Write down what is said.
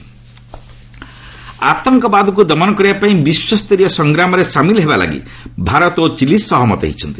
India Chile ଆତଙ୍କବାଦକୁ ଦମନ କରିବାପାଇଁ ବିଶ୍ୱସ୍ତରୀୟ ସଂଗ୍ରାମରେ ସାମିଲ ହେବାଲାଗି ଭାରତ ଓ ଚିଲି ସହମତ ହୋଇଛନ୍ତି